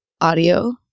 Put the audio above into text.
audio